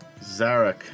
Zarek